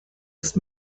ist